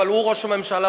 אבל הוא ראש הממשלה,